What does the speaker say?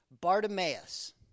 Bartimaeus